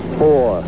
four